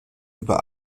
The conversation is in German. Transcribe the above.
über